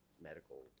medical